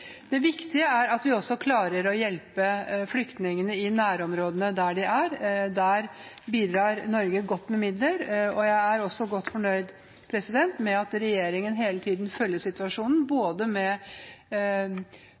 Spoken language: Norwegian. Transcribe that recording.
Det viktige er at vi også klarer å hjelpe flyktningene i nærområdene, der de er. Der bidrar Norge godt med midler. Jeg er også godt fornøyd med at regjeringen hele tiden følger situasjonen,